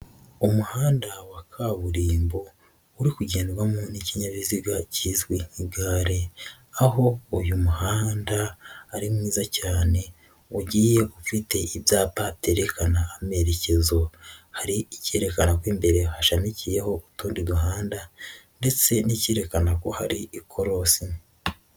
Umuhanda wa kaburimbo uri kugendwamo n'ikinyabiziga kizwi nk'igare, aho uyu muhanda ari mwiza cyane, ugiye ufite ibyapa byerekana amerekezo, hari ikerekana ko imbere hashamikiyeho utundi duhanda, ndetse n'ikerekana ko hari ikorosi.